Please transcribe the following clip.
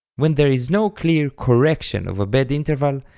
when there is no clear correction of a bad interval,